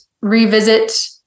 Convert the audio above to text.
revisit